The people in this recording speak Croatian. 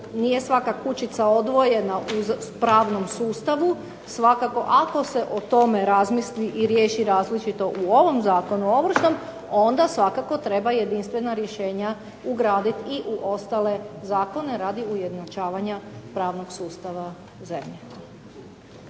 nije svaka kućica odvojena u pravnom sustavu, svakako ako se o tome razmisli i riješi različito u ovom Ovršnom zakonu onda svakako treba jedinstvena rješenja ugraditi u ostale zakone radi ujednačavanja pravnog sustava zemlje.